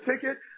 ticket